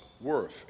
worth